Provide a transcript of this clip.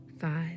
five